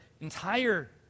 entire